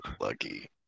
lucky